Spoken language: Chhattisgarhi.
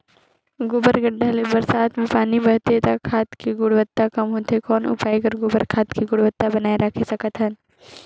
गोबर गढ्ढा ले बरसात मे पानी बहथे त खाद के गुणवत्ता कम होथे कौन उपाय कर गोबर खाद के गुणवत्ता बनाय राखे सकत हन?